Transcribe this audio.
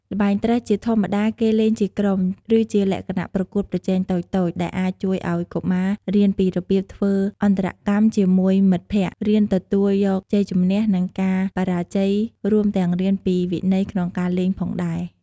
ល្បែងត្រេះជាធម្មតាគេលេងជាក្រុម ឬជាលក្ខណៈប្រកួតប្រជែងតូចៗ ដែលអាចជួយឲ្យកុមាររៀនពីរបៀបធ្វើអន្តរកម្មជាមួយមិត្តភក្តិ រៀនទទួលយកជ័យជំនះ និងការបរាជ័យ រួមទាំងរៀនពីវិន័យក្នុងការលេងផងដែរ។